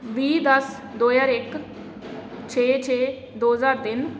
ਵੀਹ ਦਸ ਦੋ ਹਜ਼ਾਰ ਇੱਕ ਛੇ ਛੇ ਦੋ ਹਜ਼ਾਰ ਤਿੰਨ